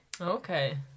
Okay